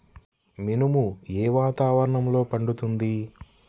మినుము ఏ వాతావరణంలో పండుతుంది?